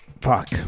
fuck